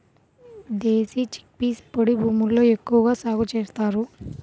దేశీ chickpeas పొడి భూముల్లో ఎక్కువగా సాగు చేస్తారు